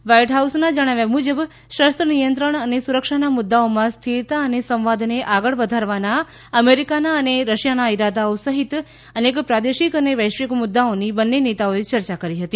white હાઉસના જણાવ્યા મુજબ શસ્ત્ર નિયંત્રણ અને સુરક્ષાના મુદ્દાઓમાં સ્થિરતા અને સંવાદને આગળ વધારવાના અમેરિકાના અને રશિયાના ઈરાદાઓ સહિત અનેક પ્રાદેશિક અને વૈશ્વિક મુદ્દાઓની બન્ને નેતાઓએ ચર્ચા કરી હતી